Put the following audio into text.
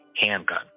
handgun